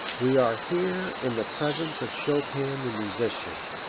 we are here in the presence of chopin the musician,